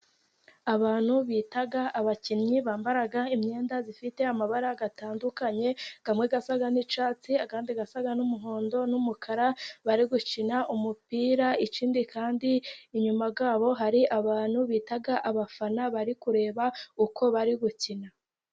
Abantu bita abakinnyi bambara imyenda ifite amabara atandukanye, amwe asa n'icyatsi, andi asa n'umuhondo n'umukara. Bari gukina umupira, ikindi kandi inyuma yabo hari abantu bita abafana bari kureba uko bari gukina.